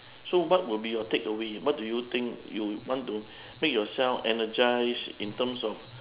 so what will be your takeaway what do you think you will want to make yourself energize in terms of